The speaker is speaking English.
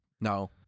No